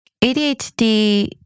ADHD